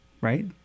right